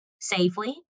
safely